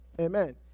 Amen